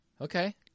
Okay